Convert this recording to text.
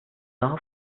daha